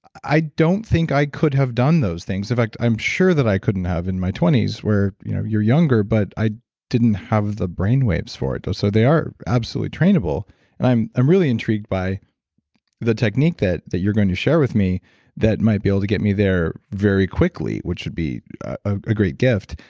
i don't think i could have done those things. in fact i'm sure i couldn't have in my twenty s where you know you're younger. but i didn't have the brain waves for it. so they are absolutely trainable and i'm i'm really intrigued by the technique that that you're going to share with me that might be able to get me there very quickly, which would be a great gift.